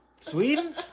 Sweden